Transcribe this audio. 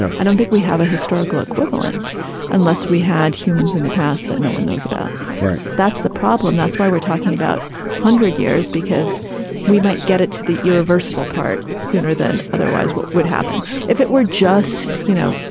i don't think we have a historical equivalent unless we had humans in the past that no one knows about. right. that's the problem. that's why we're talking about hundred years because we might get it to the irreversible part sooner than otherwise. what would happen if it were just, you know,